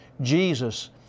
Jesus